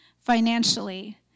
financially